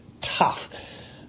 tough